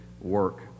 work